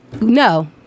no